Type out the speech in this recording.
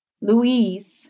Louise